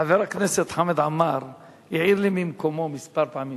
חבר הכנסת חמד עמאר העיר לי ממקומו כמה פעמים.